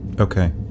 Okay